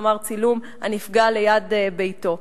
כלומר צילום הנפגע ליד ביתו.